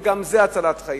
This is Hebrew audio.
כי גם זה הצלת חיים.